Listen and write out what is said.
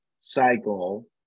cycle